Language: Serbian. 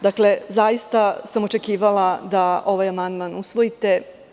Dakle, zaista sam očekivala da ovaj amandman usvojite.